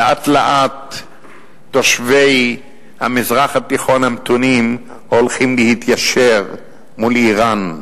לאט-לאט תושבי המזרח התיכון המתונים הולכים להתיישר מול אירן,